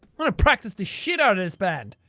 i'm gonna practice the shit outta this band!